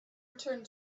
returned